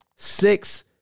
Six